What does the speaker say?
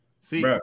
see